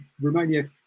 Romania